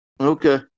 Okay